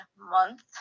month